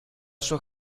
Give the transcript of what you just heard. sua